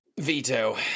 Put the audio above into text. veto